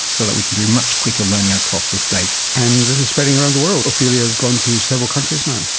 so that we can do much quicker learning across the state. and this is spreading around the world, ophelia has gone to several countries now.